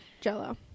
Jello